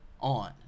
on